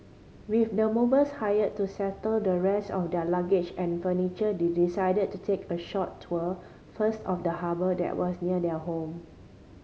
with the movers hired to settle the rest of their luggage and furniture they decided to take a short tour first of the harbour that was near their home